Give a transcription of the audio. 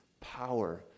power